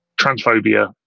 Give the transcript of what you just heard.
transphobia